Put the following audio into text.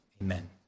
Amen